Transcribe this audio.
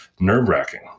nerve-wracking